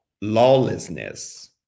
lawlessness